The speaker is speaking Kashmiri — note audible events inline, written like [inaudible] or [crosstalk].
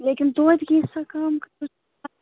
لیکِن تویتہِ کینٛژاہ کَم [unintelligible]